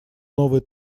новый